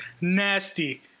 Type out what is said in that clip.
Nasty